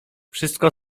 wszystko